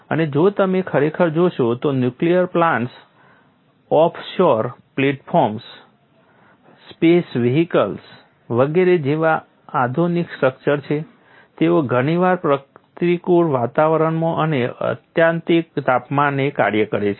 અને જો તમે ખરેખર જોશો તો nuclear plants offshore platforms space vehicles વગેરે જેવા આધુનિક સ્ટ્રક્ચર છે તેઓ ઘણીવાર પ્રતિકૂળ વાતાવરણમાં અને આત્યંતિક તાપમાને કાર્ય કરે છે